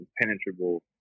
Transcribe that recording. impenetrable